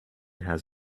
has